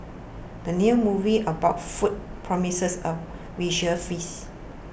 the new movie about food promises a visual feast